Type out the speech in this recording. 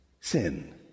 sin